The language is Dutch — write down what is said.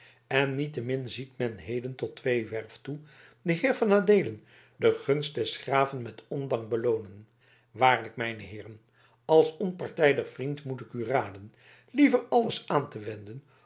en niettemin ziet men heden tot tweewerf toe den heer van adeelen de gunst des graven met ondank beloonen waarlijk mijne heeren als onpartijdig vriend moet ik u raden liever alles aan te wenden